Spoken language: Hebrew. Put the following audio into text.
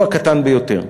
הוא הקטן ביותר.